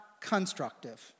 constructive